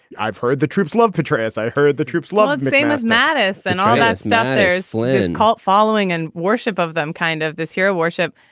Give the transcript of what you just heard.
i've heard the troops love petraeus i heard the troops love same as mattis and all that stuff. there's little cult following and worship of them, kind of this hero worship.